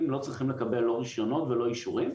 לא צריכים לקבל לא רישיונות ולא אישורים,